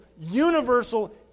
universal